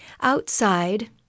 Outside